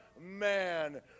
man